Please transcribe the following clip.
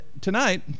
tonight